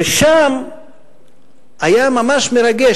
ושם היה ממש מרגש.